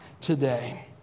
today